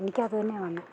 എനിക്കതു തന്നെയാണ് വന്ന്